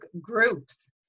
groups